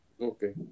Okay